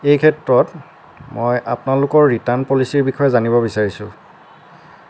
এইক্ষেত্ৰত মই আপোনালোকৰ ৰিটাৰ্ণ পলিচিৰ বিষয়ে জানিব বিচাৰিছোঁ